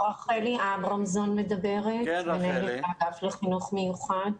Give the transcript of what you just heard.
רחלי אברמזון מדברת, מנהלת האגף לחינוך מיוחד.